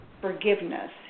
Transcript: forgiveness